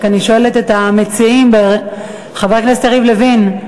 אני רק שואלת את המציעים: חבר הכנסת יריב לוין,